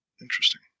Interesting